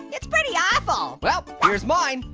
it's pretty awful. well, here's mine.